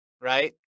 right